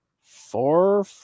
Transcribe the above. four